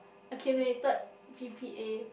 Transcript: accumulated G_P_A